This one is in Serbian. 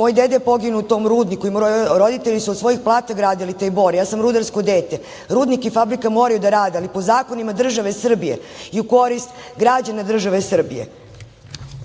Moj deda je poginuo u tom rudnik. Moji roditelji su od svojih plata gradili taj Bor. Ja sam rudarsko dete. Rudnik i fabrika moraju da rade, ali po zakonima države Srbije i u korist građana države Srbije.